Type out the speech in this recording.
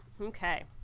Okay